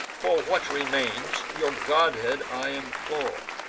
for what remains, your godhead i implore,